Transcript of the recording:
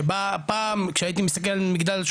שבה פעם כשהייתי מסתכל על מגדל,